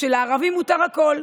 שלערבים מותר הכול.